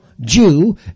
Jew